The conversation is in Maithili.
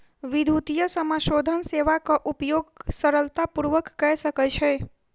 विद्युतीय समाशोधन सेवाक उपयोग सरलता पूर्वक कय सकै छै